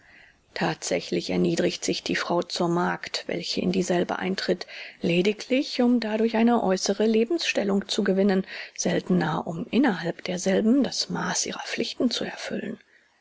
thatsächlich erniedrigt sich die frau zur magd welche in dieselbe eintritt lediglich um dadurch eine äußere lebensstellung zu gewinnen seltner um innerhalb derselben das maß ihrer pflichten zu erfüllen